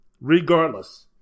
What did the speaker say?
regardless